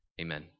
Amen